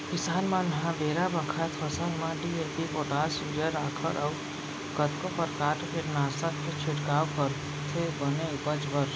किसान मन ह बेरा बखत फसल म डी.ए.पी, पोटास, यूरिया, राखड़ अउ कतको परकार के कीटनासक के छिड़काव करथे बने उपज बर